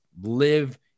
live